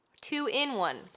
Two-in-one